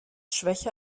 schwäche